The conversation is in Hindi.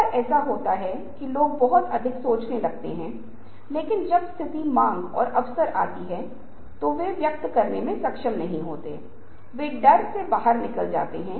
दूसरी ओर यदि आप १ ९ s० के दशक में देख रहे हैं तो आप पाते हैं कि छवि हावी है और पाठ सिर्फ एक पंक्ति है और यह छोटा पाठ कुछ ऐसा है जिसे आप पढ़ नहीं सकते हैं